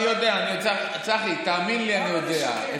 אני יודע, צחי, תאמין לי, אני יודע.